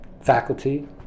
faculty